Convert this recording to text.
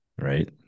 right